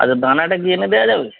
আচ্ছা গাঁদাটা কি এনে দেওয়া যাবে